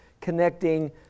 connecting